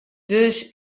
dus